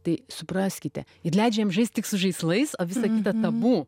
tai supraskite ir leidžia jiem žaist tik su žaislais o visa kita tabu